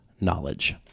knowledge